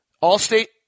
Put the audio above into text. All-State